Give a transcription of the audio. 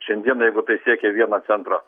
šiandieną jeigu tai siekė vieno centro